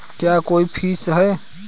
क्या कोई फीस है?